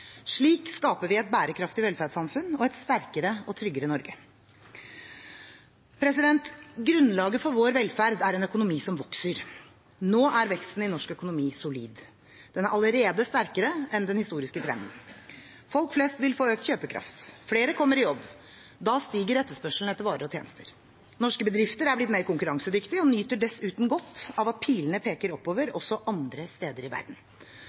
Slik skaper vi et bærekraftig velferdssamfunn og et sterkere og tryggere Norge. Grunnlaget for vår velferd er en økonomi som vokser. Nå er veksten i norsk økonomi solid. Den er allerede sterkere enn den historiske trenden. Folk flest vil få økt kjøpekraft. Flere kommer i jobb. Da stiger etterspørselen etter varer og tjenester. Norske bedrifter er blitt mer konkurransedyktige og nyter dessuten godt av at pilene peker oppover også andre steder i verden.